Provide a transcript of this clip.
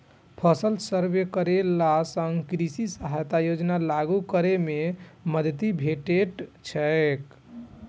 फसल सर्वे करेला सं कृषि सहायता योजना लागू करै मे मदति भेटैत छैक